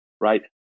right